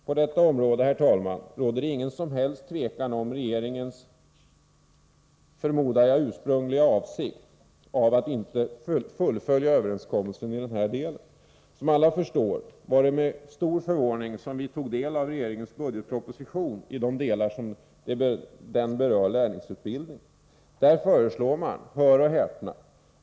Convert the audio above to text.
På detta område, herr talman, råder det — förmodar jag — inget som helst tvivel om regeringens ursprungliga avsikt att inte fullfölja överenskommelsen i den här delen. Som alla förstår var det med stor förvåning vi tog del av regeringens budgetproposition i de delar som berör lärlingsutbildning. Där föreslår man — hör och häpna!